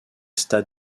stades